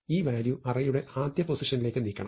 ഈ വാല്യൂ അറേയുടെ ആദ്യപൊസിഷനിലേക്ക് നീക്കണം